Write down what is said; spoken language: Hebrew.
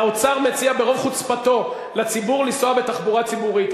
האוצר מציע ברוב חוצפתו לציבור לנסוע בתחבורה ציבורית.